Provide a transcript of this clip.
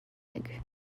egg